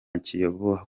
kiyovu